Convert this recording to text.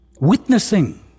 Witnessing